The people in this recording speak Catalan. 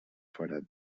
forat